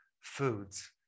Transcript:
foods